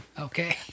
Okay